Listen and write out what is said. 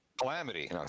calamity